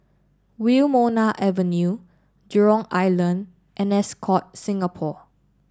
Wilmonar Avenue Jurong Island and Ascott Singapore